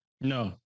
No